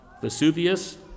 Vesuvius